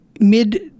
mid